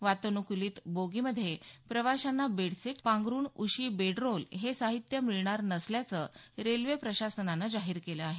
वातानुकूलित बोगीमध्ये प्रवाशांना बेडशीट पांघरूण उशी बेडरोल हे साहित्य मिळणार नसल्याचं रेल्वे प्रशासनानं जाहीर केलं आहे